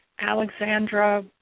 Alexandra